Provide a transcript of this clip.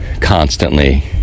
constantly